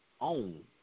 own